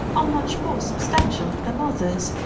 are much more substantial than others,